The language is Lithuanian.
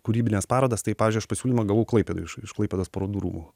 kūrybines parodas tai pavyzdžiui aš pasiūlymą gavau klaipėdoj iš iš klaipėdos parodų rūmų